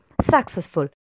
successful